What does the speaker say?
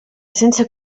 sense